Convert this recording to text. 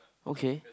okay